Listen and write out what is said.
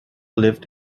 lived